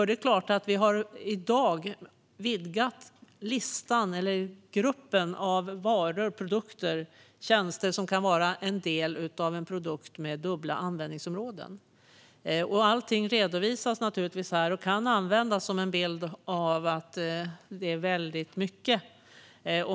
Det är klart att vi i dag har vidgat gruppen av varor, tjänster och produkter som kan ingå i en produkt med dubbla användningsområden. Allt redovisas naturligtvis här och kan användas för att ge en bild av att det är väldigt mycket.